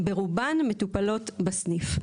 ברובן מטופלות בסניף.